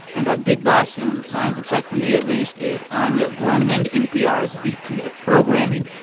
and our big boss, who signs a check, for me, at least, is anya grundmann, npr's vp of programming.